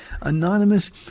Anonymous